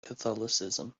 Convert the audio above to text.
catholicism